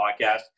podcast